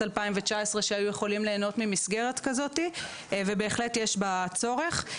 2019 שהיו יכולים ליהנות ממסגרת כזו ובהחלט יש בה צורך.